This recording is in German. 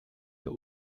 der